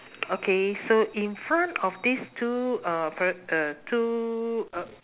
okay so in front of these two uh per~ uh two uh